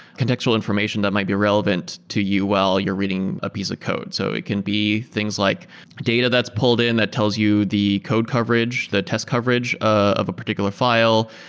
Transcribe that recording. contextual information that might be relevant to you while you're reading a piece of code. so it can be things like a data that's pulled in that tells you the code coverage, the test coverage of a particular file.